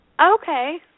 Okay